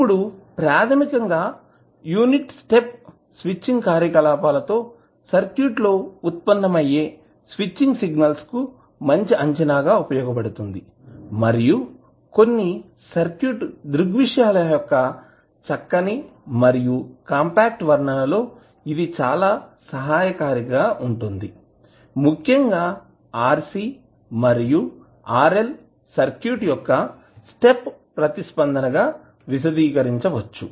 ఇప్పుడు ప్రాథమికంగా unit step switching కార్యకలాపాలతో సర్క్యూట్లో ఉత్పన్నమయ్యే స్విచ్చింగ్ సిగ్నల్స్ కు మంచి అంచనాగా ఉపయోగపడుతుంది మరియు కొన్ని సర్క్యూట్ దృగ్విషయాల యొక్క చక్కని మరియు కాంపాక్ట్ వర్ణనలో ఇది చాలా సహాయకారిగా ఉంటుంది ముఖ్యంగా RC మరియు RL సర్క్యూట్ యొక్క స్టెప్ ప్రతిస్పందనగా విశిదీకరించవచ్చు